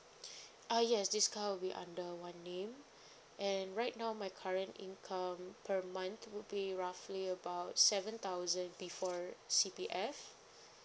ah yes this car would be under one name and right now my current income per month would be roughly about seven thousand before C_P_F